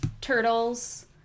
Turtles